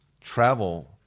travel